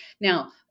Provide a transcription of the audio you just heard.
Now